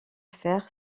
fer